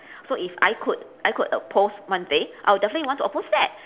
so if I could I could oppose one day I would definitely want to oppose that